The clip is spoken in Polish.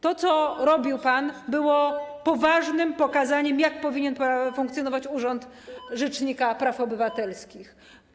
To, co pan robił, było poważnym pokazaniem, jak powinien funkcjonować urząd rzecznika praw obywatelskich.